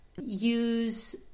use